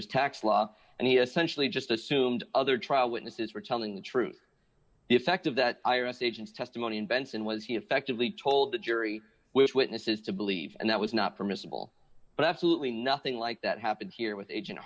is tax law and he essentially just assumed other trial witnesses were telling the truth the effect of that i r s agents testimony in benson was he effectively told the jury which witnesses to believe and that was not permissible but absolutely nothing like that happened here with age